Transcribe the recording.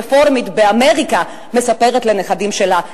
או הרפורמית באמריקה מספרת לנכדים שלה,